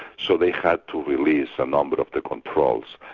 so they had to release a number of the controls,